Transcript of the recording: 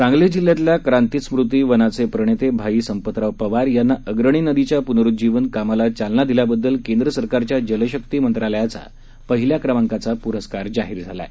सांगली जिल्ह्यातल्या क्रांतिस्मृती वनाचे प्रणेते भाई संपतराव पवार यांना अग्रणी नदीच्या प्नरूज्जीवन कामास चालना दिल्याबद्दल केंद्र सरकारच्या जलशक्ति मंत्रालयाचा पहिल्या क्रमांकाचा पुरस्कार जाहिर झाला आहे